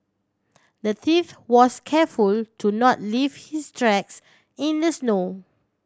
the thief was careful to not leave his tracks in the snow